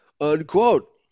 unquote